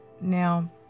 Now